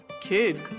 kid